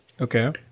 Okay